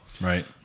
Right